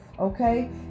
Okay